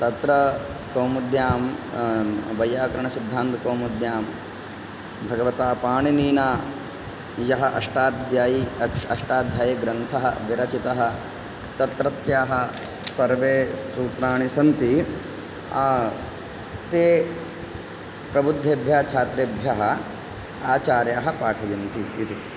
तत्र कौमुद्यां वैयाकरणसिद्धान्तकौमुद्यां भगवता पाणिनिना यः अष्टाद्यायी अष्टाध्यायीग्रन्थः विरचितः तत्रत्याः सर्वे सूत्राणि सन्ति ते प्रबुद्धेभ्यः छात्रेभ्यः आचार्यः पाठयन्ति इति